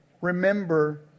Remember